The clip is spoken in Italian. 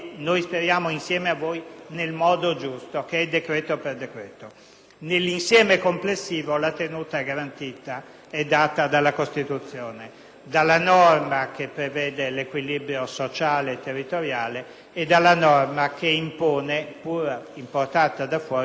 Nell'insieme complessivo la garanzia della tenuta è data dalla Costituzione, dalla norma che prevede l'equilibrio sociale e territoriale e dall'altra norma, pur importata dall'esterno, che impone l'equilibrio di bilancio in conformità con gli impegni europei.